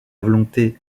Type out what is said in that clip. volonté